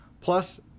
Plus